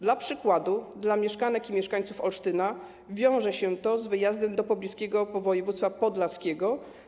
Dla przykładu, dla mieszkanek i mieszkańców Olsztyna wiąże się to z wyjazdem do pobliskiego województwa podlaskiego.